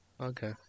okay